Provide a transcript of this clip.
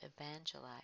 evangelize